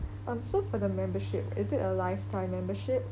um so for the membership is it a lifetime membership